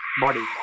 body